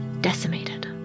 decimated